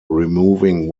removing